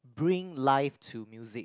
bring life to music